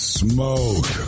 smoke